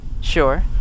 Sure